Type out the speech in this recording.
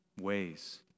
ways